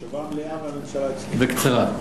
בקצרה.